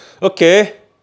okay